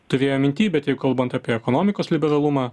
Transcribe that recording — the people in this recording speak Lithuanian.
turėjo minty bet kalbant apie ekonomikos liberalumą